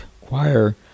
choir